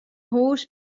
hús